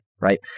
right